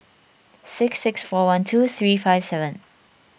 six six four one two three five seven